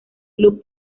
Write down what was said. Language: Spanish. club